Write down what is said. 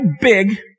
big